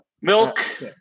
Milk